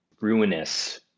Ruinous